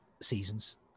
season's